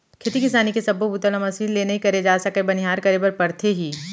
खेती किसानी के सब्बो बूता ल मसीन ले नइ करे जा सके बनिहार करे बर परथे ही